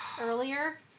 earlier